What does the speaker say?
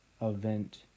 event